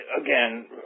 Again